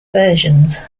versions